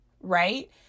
right